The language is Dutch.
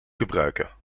gebruiken